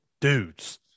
dudes